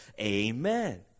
Amen